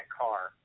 car